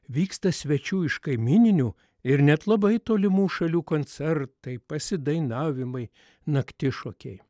vyksta svečių iš kaimyninių ir net labai tolimų šalių koncertai pasidainavimai naktišokiai